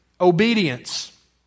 obedience